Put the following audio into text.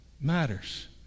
matters